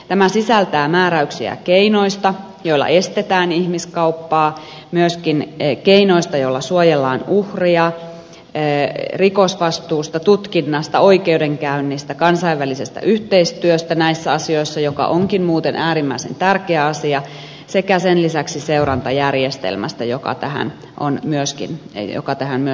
tämä sisältää määräyksiä keinoista joilla estetään ihmiskauppaa myöskin keinoista joilla suojellaan uhreja määräyksiä rikosvastuusta tutkinnasta oikeudenkäynnistä kansainvälisestä yhteistyöstä näissä asioissa joka onkin muuten äärimmäisen tärkeä asia sekä sen lisäksi seurantajärjestelmästä joka tähän myös sisältyy